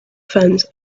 fence